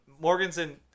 morganson